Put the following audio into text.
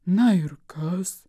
na ir kas